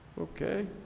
Okay